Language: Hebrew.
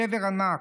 שבר ענק,